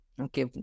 Okay